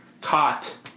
Caught